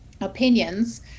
opinions